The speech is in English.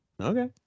Okay